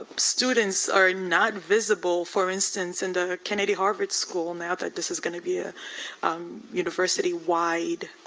students are not visible, for instance in the kennedy harvard school, now that this is gonna be a university-wide